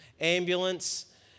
ambulance